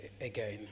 again